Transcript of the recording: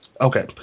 Okay